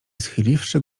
schyliwszy